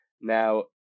Now